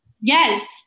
Yes